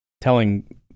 telling